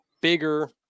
bigger